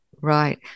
right